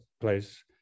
place